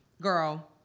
girl